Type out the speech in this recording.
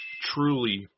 truly